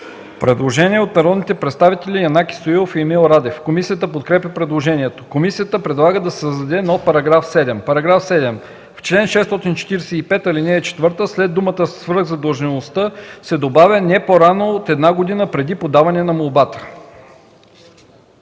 Предложение от народните представители Янаки Стоилов и Емил Радев. Комисията подкрепя предложението. Комисията предлага да се създаде нов § 7: „§ 7. В чл. 645, ал. 4 след думата „свръхзадължеността” се добавя „но не по-рано от 1 година преди подаването на молбата”.”